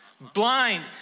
Blind